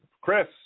Chris